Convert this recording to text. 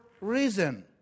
reason